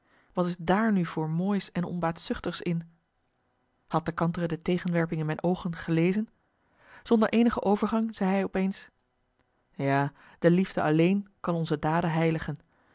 wat is daar nu voor moois en onbaatzuchtigs in had de kantere de tegenwerping in mijn oogen gelezen zonder eenige overgang zei hij op eens ja de liefde alleen kan onze daden heiligen